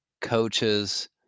coaches